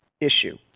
issue